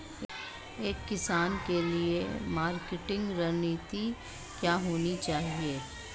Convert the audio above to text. एक किसान के लिए मार्केटिंग रणनीति क्या होनी चाहिए?